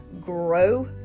grow